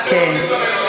מה אתם עושים כל יום שני,